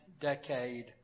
decade